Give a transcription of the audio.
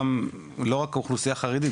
לא רק אוכלוסייה חרדית,